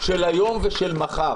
של היום ושל מחר